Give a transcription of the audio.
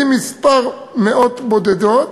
ממאות בודדות